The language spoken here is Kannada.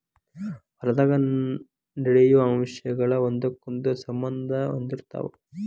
ಹೊಲದಾಗ ನಡೆಯು ಅಂಶಗಳ ಒಂದಕ್ಕೊಂದ ಸಂಬಂದಾ ಹೊಂದಿರತಾವ